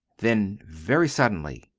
then, very suddenly,